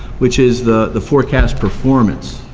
which is the the forecast performance.